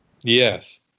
Yes